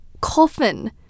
coffin